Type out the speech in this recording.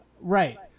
right